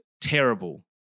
terrible